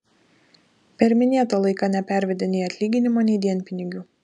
per minėtą laiką nepervedė nei atlyginimo nei dienpinigių